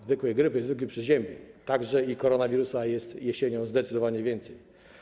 Zwykłej grypy, zwykłych przeziębień, także i koronawirusa jest jesienią zdecydowanie więcej.